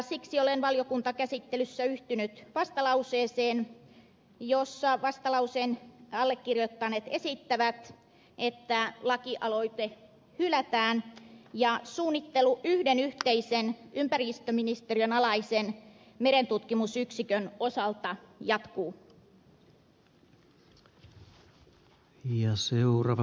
siksi olen valiokuntakäsittelyssä yhtynyt vastalauseeseen jossa vastalauseen allekirjoittaneet esittävät että lakialoite hylätään ja suunnittelu yhden yhteisen ympäristöministeriön alaisen merentutkimusyksikön osalta jatkuu